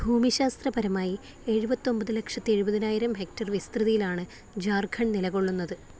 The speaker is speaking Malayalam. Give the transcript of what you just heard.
ഭൂമിശാസ്ത്രപരമായി എഴുപത്തൊൻപത് ലക്ഷത്തി എഴുപതിനായിരം ഹെക്ടർ വിസ്തൃതിയിലാണ് ജാർഖണ്ഡ് നിലകൊള്ളുന്നത്